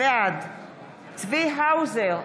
בעד צבי האוזר,